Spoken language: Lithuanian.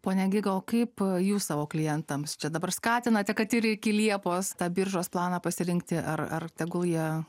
pone giga o kaip jūs savo klientams čia dabar skatinate kad ir iki liepos tą biržos planą pasirinkti ar ar tegul jie